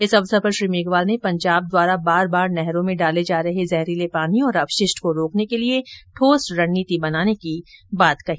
इस अवसर पर श्री मेघवाल ने पंजाब द्वारा बार बार नहरों में डाले जा रहे जहरीले पानी और अपशिष्ट को रोकने के लिए ठोस रणनीति बनाने की बात कही